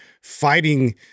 fighting